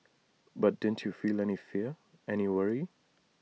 but didn't you feel any fear any worry